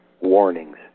warnings